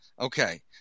Okay